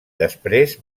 després